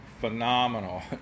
phenomenal